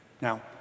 Now